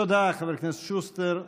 תודה, חבר הכנסת שוסטר.